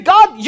God